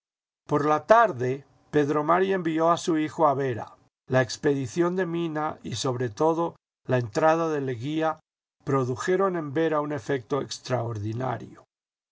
por la tarde pedro mari envió a su hijo a vera la expedición de mina y sobre todo la entrada de leguía produjeron en vera un efecto extraordinario